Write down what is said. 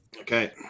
Okay